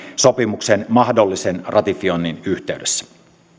sopimuksen mahdollisen ratifioinnin yhteydessä